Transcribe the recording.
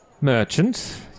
Merchant